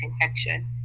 infection